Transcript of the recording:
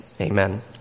amen